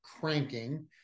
cranking